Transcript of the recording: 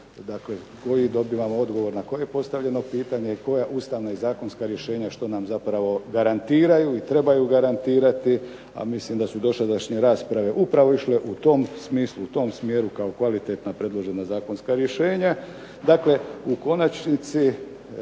dakle koji dobivamo odgovor na koje postavljeno pitanje i koja ustavna i zakonska rješenja što nam zapravo garantiraju i trebaju garantirati a mislim da su dosadašnje rasprave upravo išle u tom smislu, u tom smjeru kao kvalitetno predložena zakonska rješenja, dakle u konačnici